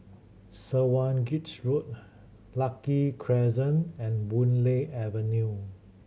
Swanage Road Lucky Crescent and Boon Lay Avenue